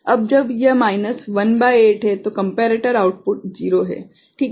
अब जब यह माइनस 1 भागित 8 है तो कम्पेरेटर आउटपुट 0 है ठीक है